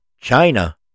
China